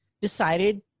decided